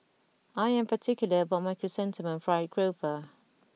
I am particular about my Chrysanthemum Fried Grouper